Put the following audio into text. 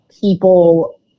people